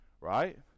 right